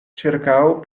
ĉirkaŭ